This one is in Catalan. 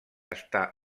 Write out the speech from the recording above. està